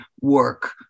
work